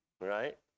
right